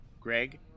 Greg